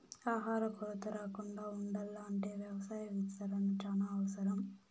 ఆహార కొరత రాకుండా ఉండాల్ల అంటే వ్యవసాయ విస్తరణ చానా అవసరం